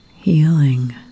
healing